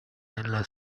nella